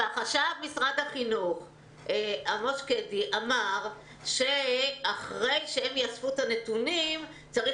חשב משרד החינוך עמוס שקדי אמר שאחרי שהם יאספו את הנתונים צריך